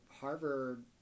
Harvard